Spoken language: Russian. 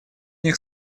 них